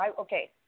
okay